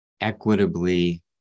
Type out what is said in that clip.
equitably